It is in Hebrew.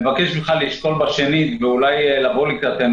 נבקש ממך לשקול בשנית ואולי לבוא לקראתנו.